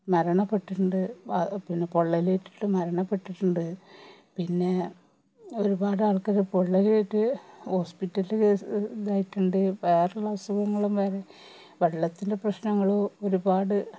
മരണപ്പെട്ടിട്ടുണ്ട് പിന്നെ പൊള്ളലേറ്റിട്ട് മരണപ്പെട്ടിട്ടുണ്ട് പിന്നെ ഒരുപാട് ആൾക്കാർ പൊള്ളലേറ്റ് ഹോസ്പിറ്റലിൽ കേസ് ഇതായിട്ടുണ്ട് വേറെ ഉള്ള അസുഖങ്ങളും വരും വെള്ളത്തിൻ്റെ പ്രശ്നങ്ങളും ഒരുപാട്